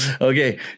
okay